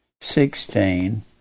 sixteen